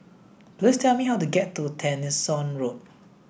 please tell me how to get to Tessensohn Road